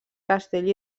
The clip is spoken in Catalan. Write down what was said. castell